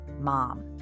mom